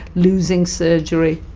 losing surgery.